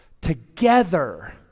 together